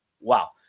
Wow